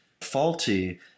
faulty